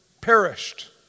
perished